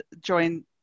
join